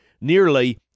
nearly